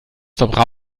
castrop